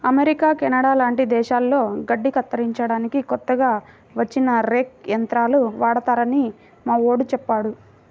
America, Canada లాంటి దేశాల్లో గడ్డి కత్తిరించడానికి కొత్తగా వచ్చిన రేక్ యంత్రాలు వాడతారని మావోడు చెప్పాడు